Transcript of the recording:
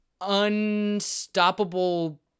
unstoppable